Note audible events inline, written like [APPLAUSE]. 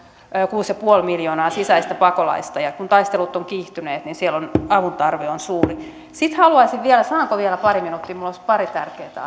kuusi pilkku viisi miljoonaa sisäistä pakolaista ja kun taistelut ovat kiihtyneet niin siellä avuntarve on suuri sitten haluaisin vielä saanko vielä pari minuuttia minulla olisi pari tärkeätä [UNINTELLIGIBLE]